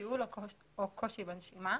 שיעול או קושי בנשימה.